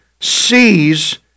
sees